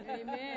Amen